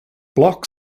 block